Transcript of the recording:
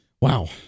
Wow